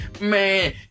Man